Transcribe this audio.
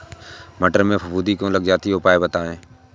मटर में फफूंदी क्यो लग जाती है उपाय बताएं?